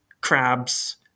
crabs